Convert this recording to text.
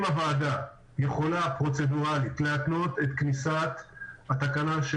אם הוועדה יכולה פרוצדורלית להתנות את כניסת התקנה של